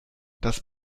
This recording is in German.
das